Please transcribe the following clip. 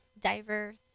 diverse